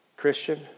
Christian